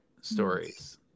stories